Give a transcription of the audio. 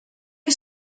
que